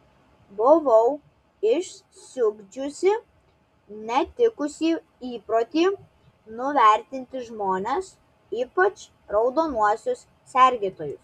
buvau išsiugdžiusi netikusį įprotį nuvertinti žmones ypač raudonuosius sergėtojus